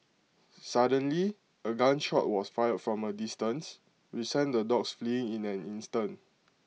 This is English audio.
suddenly A gun shot was fired from A distance which sent the dogs fleeing in an instant